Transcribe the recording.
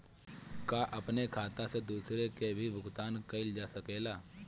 का अपने खाता से दूसरे के भी भुगतान कइल जा सके ला?